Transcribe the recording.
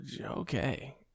Okay